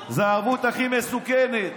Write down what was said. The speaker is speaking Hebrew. היא הערבות הכי מסוכנת.